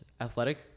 athletic